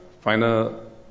final